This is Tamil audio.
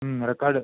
ம் ரெக்காடு